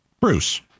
Bruce